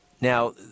Now